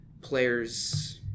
players